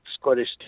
Scottish